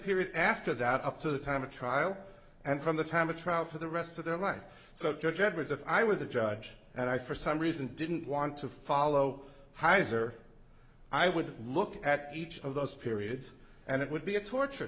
period after that up to the time of trial and from the time of trial for the rest of their life so judge edwards i was the judge and i for some reason didn't want to follow his or i would look at each of those periods and it would be a torture